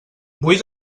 vull